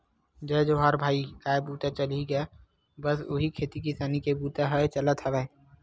जय जोहार भाई काय बूता चलही गा बस उही खेती किसानी के बुता ही चलत हवय